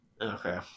Okay